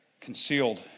Concealed